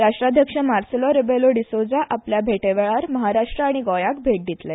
राष्ट्राध्यक्ष Marcelo Rebelo de Sousa आपल्या भेटेवलेळार महाराष्ट्र आनी गोंयाक भेट दितले